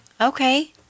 Okay